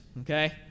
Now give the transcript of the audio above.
Okay